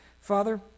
Father